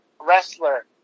wrestler